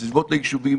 בסביבות היישובים,